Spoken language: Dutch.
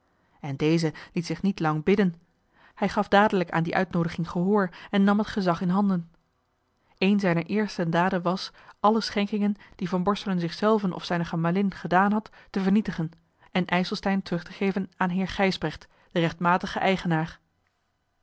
en deze liet zich niet lang bidden hij gaf dadelijk aan die uitnoodiging gehoor en nam het gezag in handen een zijner eerste daden was alle schenkingen die van borselen zichzelven of zijne gemalin gedaan had te vernietigen en ijselstein terug te geven aan heer gijsbrecht den rechtmatigen eigenaar